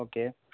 okay